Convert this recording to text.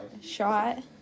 Shot